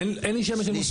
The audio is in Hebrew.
אין לי שמץ של מושג.